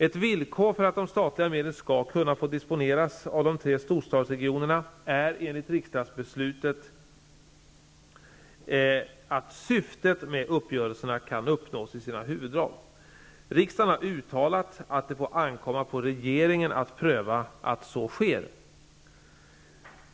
Ett villkor för att de statliga medlen skall kunna få disponeras av de tre storstadsregionerna är enligt riksdagsbeslutet att syftet med uppgörelserna kan uppnås i sina huvuddrag. Riksdagen har uttalat att det får ankomma på regeringen att pröva att så sker.